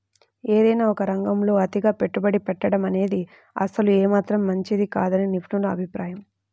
ఏదైనా ఒకే రంగంలో అతిగా పెట్టుబడి పెట్టడమనేది అసలు ఏమాత్రం మంచిది కాదని నిపుణుల అభిప్రాయం